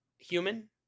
human